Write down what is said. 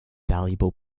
valuable